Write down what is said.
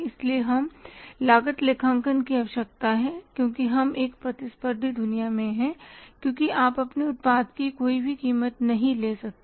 इसलिए हमें लागत लेखांकन की आवश्यकता है क्योंकि हम एक प्रतिस्पर्धी दुनिया में हैं क्योंकि आप अपने उत्पाद की कोई भी कीमत नहीं ले सकते